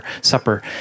supper